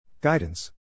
Guidance